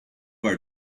our